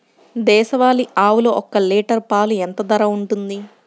దేశవాలి ఆవులు ఒక్క లీటర్ పాలు ఎంత ధర ఉంటుంది?